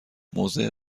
موضع